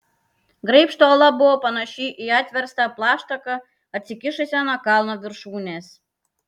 graibšto uola buvo panaši į atverstą plaštaką atsikišusią nuo kalno viršūnės